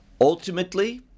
Ultimately